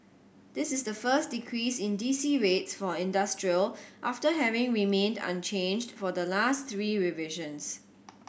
this is the first decrease in D C rates for industrial after having remained unchanged for the last three revisions